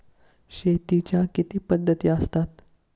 शेतीच्या किती पद्धती असतात?